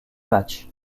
matchs